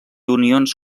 unions